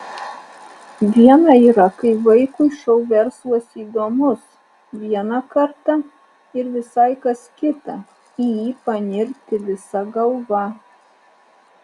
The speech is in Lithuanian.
viena yra kai vaikui šou verslas įdomus vieną kartą ir visai kas kita į jį panirti visa galva